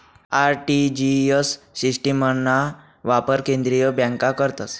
RTGS सिस्टिमना वापर केंद्रीय बँका करतस